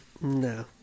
No